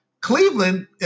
Cleveland